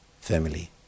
family